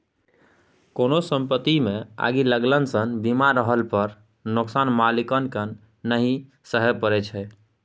कोनो संपत्तिमे आगि लगलासँ बीमा रहला पर नोकसान मालिककेँ नहि सहय परय छै